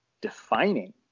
defining